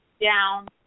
down